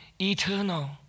eternal